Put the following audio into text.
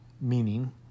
Meaning